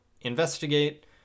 investigate